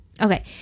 Okay